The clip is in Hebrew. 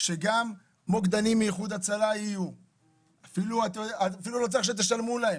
שיהיו גם מוקדנים מאיחוד הצלה - אפילו לא צריך לשלם להם.